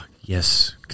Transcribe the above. yes